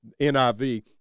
NIV